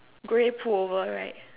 grey pullover right